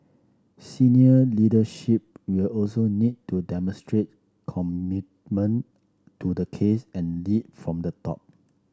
senior leadership will also need to demonstrate commitment to the case and lead from the top